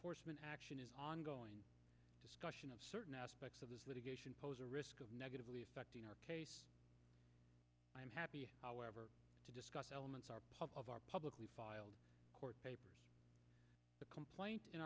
t action is ongoing discussion of certain aspects of this litigation pose a risk of negatively affecting our case i am happy however to discuss elements are part of our publicly filed court papers the complaint in